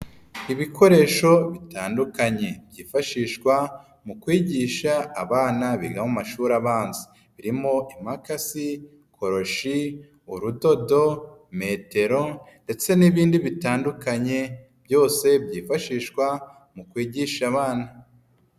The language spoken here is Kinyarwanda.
Ibikoresho bitandukanye byifashishwa mu kwigisha abana biga mu mashuri abanza harimo imakasi, koroshi, urudodo, metero ndetse n'ibindi bitandukanye byose byifashishwa mu kwigisha abana.